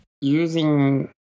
using